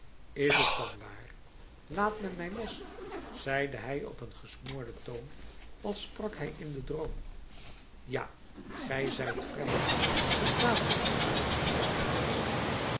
is t dan waar laat men mij los zeide hij op een gesmoorden toon als sprak hij in den droom ja gij zijt vrij verstaat ge t niet zei